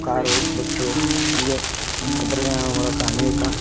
car bus ಹೀಗೆ ತಂತ್ರಜ್ಞಾನ ಮೂಲಕ ಅನೇಕ